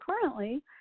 currently